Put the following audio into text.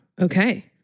Okay